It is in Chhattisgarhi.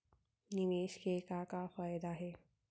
निवेश के का का फयादा हे?